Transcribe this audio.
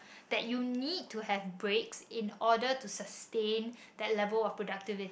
that you need to have break in order to sustain that level of productivity